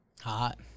Hot